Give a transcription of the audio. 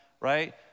right